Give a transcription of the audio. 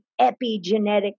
epigenetic